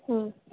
ம்